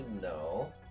No